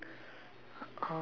okay um